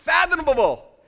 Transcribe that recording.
unfathomable